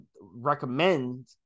recommend